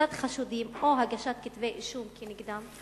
תפיסת חשודים או הגשת כתבי אישום כנגדם?